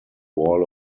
wall